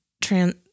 trans